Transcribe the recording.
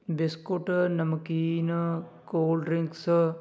biscuit ਨਮਕੀਨ cold drinks